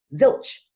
zilch